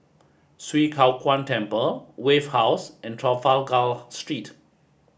Swee Kow Kuan Temple Wave House and Trafalgar Street